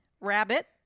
Rabbit